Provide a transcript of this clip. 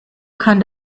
kann